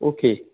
okay